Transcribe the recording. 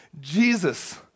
Jesus